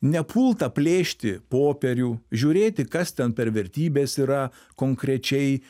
nepulta plėšti popierių žiūrėti kas ten per vertybės yra konkrečiai